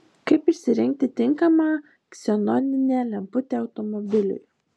kaip išsirinkti tinkamą ksenoninę lemputę automobiliui